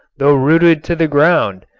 though rooted to the ground,